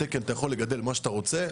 התקן, אתה יכול לגדל מה שאתה רוצה.